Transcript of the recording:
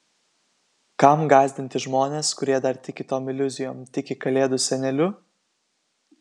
kam gąsdinti žmones kurie dar tiki tom iliuzijom tiki kalėdų seneliu